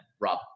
Rob